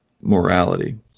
morality